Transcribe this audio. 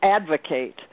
advocate